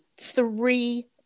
three